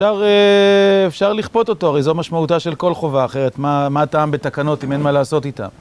אפשר לכפות אותו, הרי זו משמעותה של כל חובה אחרת. מה טעם בתקנות אם אין מה לעשות איתן.